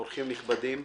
אורחים נכבדים,